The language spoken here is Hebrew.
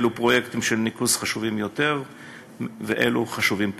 אילו פרויקטים של ניקוז חשובים יותר ואילו פחות.